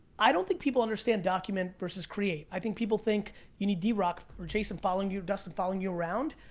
i don't think people understand document versus create. i think people think you need d rock or jason following you or dustin following you around.